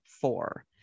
four